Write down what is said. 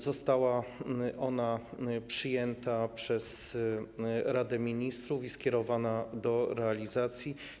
Została ona przyjęta przez Radę Ministrów i skierowana do realizacji.